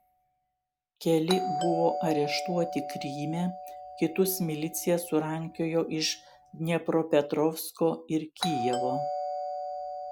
keli buvo areštuoti kryme kitus milicija surankiojo iš dniepropetrovsko ir kijevo